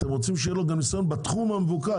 אתם רוצים שגם יהיה לו ניסיון בתחום המבוקש.